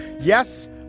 Yes